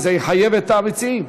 וזה יחייב את המציעים.